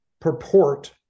purport